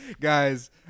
Guys